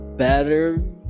better